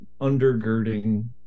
undergirding